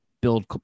build